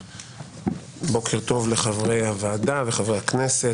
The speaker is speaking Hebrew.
בוקר טוב לחברי הוועדה וחברי הכנסת,